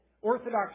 Orthodox